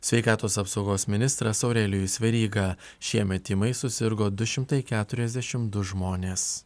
sveikatos apsaugos ministras aurelijus veryga šiemet tymais susirgo du šimtai keturiasdešimt du žmonės